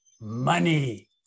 money